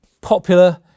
popular